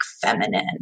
feminine